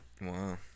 wow